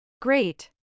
great